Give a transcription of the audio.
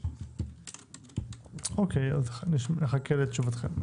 אוקיי, נחכה לתשובתכם.